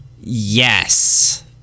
Yes